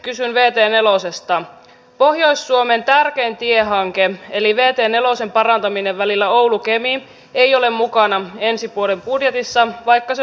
varusmiesten koulutuksesta ei tule tinkiä ja materiaalihankintoihin nyt voidaan tehdä myös ajanmukaista päivitystä jotta joukkojemme varustelu vastaa paremmin nykypäivän tarpeita